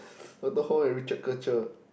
Doctor-Ho and Richard